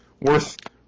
worth